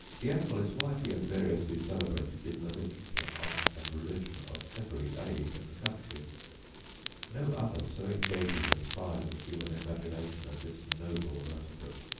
the animal is widely and variously celebrated in the literature, art and religion of every age and country no other so engages and fires the human imagination as this noble vertebrate.